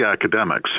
academics